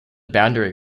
boundary